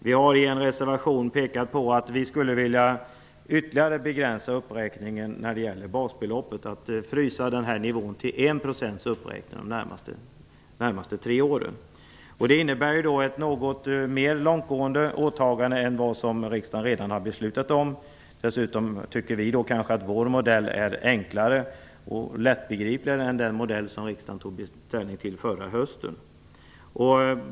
Vi har i en reservation pekat på att vi ytterligare skulle vilja begränsa uppräkningen när det gäller basbeloppet och frysa nivån till en procents uppräkning under de närmaste tre åren. Det innebär ett något mer långtgående åtagande än det som riksdagen redan har beslutat om. Dessutom tycker vi att vår modell är enklare och mer lättbegriplig än den som riksdagen tog ställning till förra hösten.